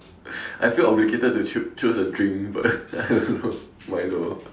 I feel obligated to choo~ choose a drink but I don't know Milo